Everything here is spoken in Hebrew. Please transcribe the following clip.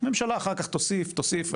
הממשלה אחר כך תוסיף, תוסיף.